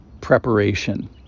preparation